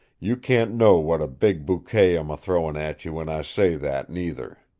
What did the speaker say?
you can't know what a big bouquet i'm a-throwin' at you when i say that, neither.